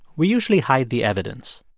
we usually hide the evidence.